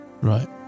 Right